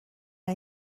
این